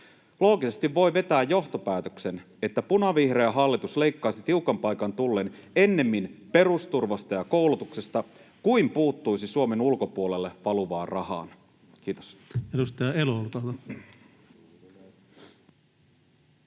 Loogisesti voi vetää johtopäätöksen, että punavihreä hallitus tiukan paikan tullen ennemmin leikkaisi perusturvasta ja koulutuksesta kuin puuttuisi Suomen ulkopuolelle valuvaan rahaan. — Kiitos.